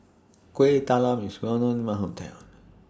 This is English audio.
Kueh Talam IS Well known in My Hometown